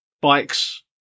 Bikes